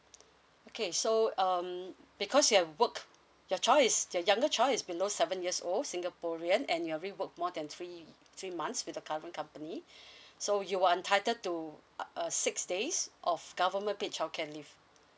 okay so um because you have work your child is your younger child is below seven years old singaporean and your already work more than three three months with the current company so you are entitled to uh six days of government paid childcare leave